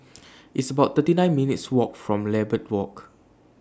It's about thirty nine minutes' Walk from Lambeth Walk